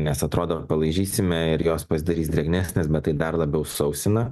nes atrodo palaižysime ir jos pasidarys drėgnesnės bet tai dar labiau sausina